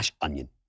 Onion